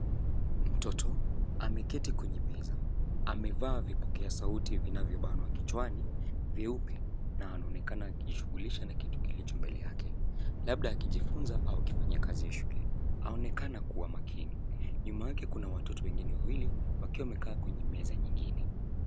Mtoto ameketi kwenye meza. Amevaa vipokea sauti vinavyobanwa kichwani vyeupe, na anaonekana akijishughulisha na kitu kilicho mbele yake, labda akijifunza au akifanya kazi ya shule. Anaoenekana kua makini. Nyuma yake kuna watoto wengine wawili, wakiwa wamekaa kwenye meza nyingine.